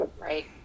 Right